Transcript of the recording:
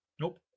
Nope